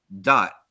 Dot